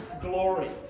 glory